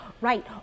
right